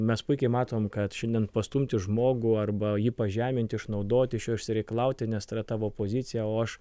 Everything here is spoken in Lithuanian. mes puikiai matom kad šiandien pastumti žmogų arba jį pažeminti išnaudoti iš jo išsireikalauti nes tai yra tavo poziciją o aš